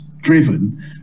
driven